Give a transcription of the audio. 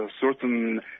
certain